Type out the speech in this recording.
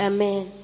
Amen